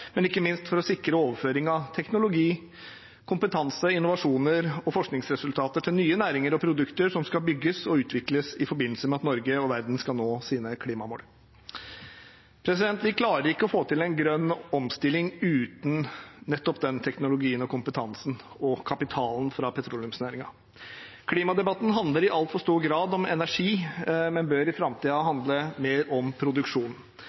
men ikke minst for å sikre overføring av teknologi, kompetanse, innovasjoner og forskningsresultater til nye næringer og produkter som skal bygges og utvikles i forbindelse med at Norge og verden skal nå sine klimamål. Vi klarer ikke å få til en grønn omstilling uten nettopp den teknologien, kompetansen og kapitalen fra petroleumsnæringen. Klimadebatten handler i altfor stor grad om energi og bør i framtiden handle mer om produksjon.